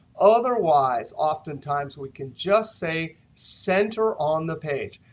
otherwise oftentimes, we can just say, center on the page.